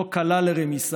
כה קלה לרמיסה.